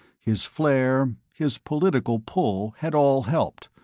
his flair, his political pull, had all helped,